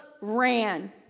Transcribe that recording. ran